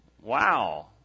wow